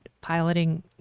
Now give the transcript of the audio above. piloting